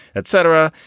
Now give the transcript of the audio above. etc.